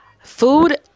Food